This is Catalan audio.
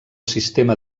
sistema